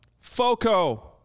foco